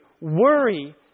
worry